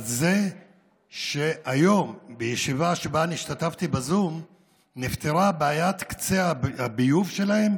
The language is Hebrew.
על זה שהיום בישיבה שבה אני השתתפתי בזום נפתרה בעיית קצה הביוב שלהם,